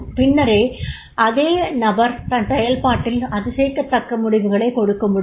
பின்னர் அதே நபர் தன் செயல்பாட்டில் அதிசயக்கத்தக்க முடிவுகளைக் கொடுக்க முடியும்